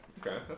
Okay